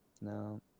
No